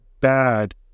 bad